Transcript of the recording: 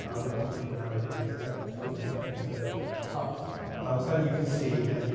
ah republican allegory, in effect, called the painter cut and you can see again, you